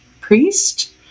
priest